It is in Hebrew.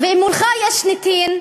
ואם מולך יש נתין,